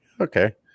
okay